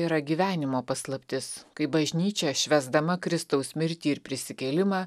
yra gyvenimo paslaptis kai bažnyčia švęsdama kristaus mirtį ir prisikėlimą